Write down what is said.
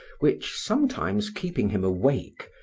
which, sometimes keeping him awake,